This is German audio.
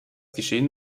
geschehen